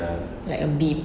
like a bib